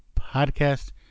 Podcast